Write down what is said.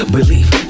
Believe